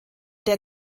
der